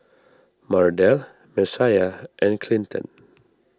Mardell Messiah and Clinton